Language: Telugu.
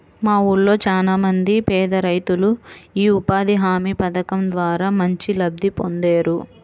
మా ఊళ్ళో చానా మంది పేదరైతులు యీ ఉపాధి హామీ పథకం ద్వారా మంచి లబ్ధి పొందేరు